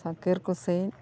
Zakir Hussain